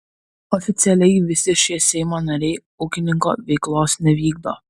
oficialiai visi šie seimo nariai ūkininko veiklos nevykdo